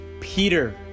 Peter